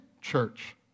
church